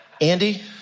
Andy